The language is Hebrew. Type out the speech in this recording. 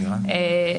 דרך אגב,